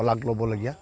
শলাগ ল'বলগীয়া